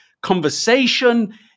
conversation